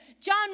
John